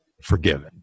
forgiven